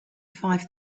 five